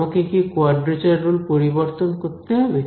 আমাকে কি quadrature rule পরিবর্তন করতে হবে